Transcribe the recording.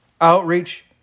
Outreach